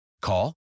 Call